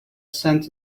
sand